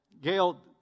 Gail